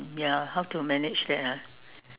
ya how to manage that ah